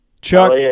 Chuck